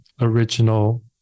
original